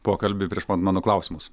pokalbį prieš ma mano klausimus